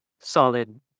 solid